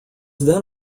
then